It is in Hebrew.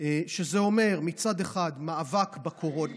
שזה אומר מצד אחד מאבק בקורונה,